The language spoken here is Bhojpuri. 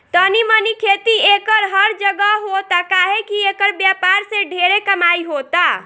तनी मनी खेती एकर हर जगह होता काहे की एकर व्यापार से ढेरे कमाई होता